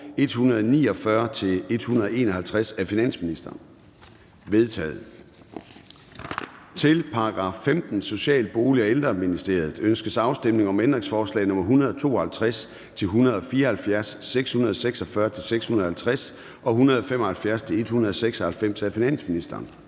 149-151 af finansministeren? De er vedtaget. Til § 15. Social-, Bolig- og Ældreministeriet. Ønskes afstemning om ændringsforslag nr. 152-174, 646-650 og 175-196 af finansministeren?